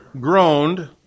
groaned